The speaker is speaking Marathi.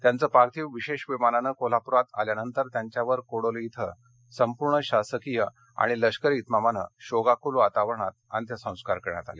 त्यांचं पार्शिव विशेष विमानानं कोल्हापुरात आल्यानंतर त्याच्यावर कोडोली इथं पूर्णपणे शासकीय आणि आणि लष्करी इतमामानं शोकाकूल वातावरणात अंत्यसंस्कार करण्यात आले